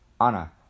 Anna